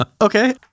Okay